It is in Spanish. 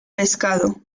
pescado